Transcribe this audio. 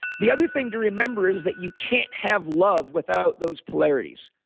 the other thing to remember is that you can't have love without those polarities.